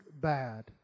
bad